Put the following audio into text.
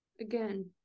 again